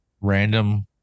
random